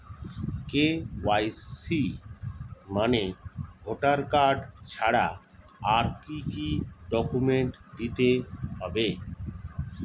KYC মানে voter card ছাড়া আর কি কি ডকুমেন্ট দিতে হবে?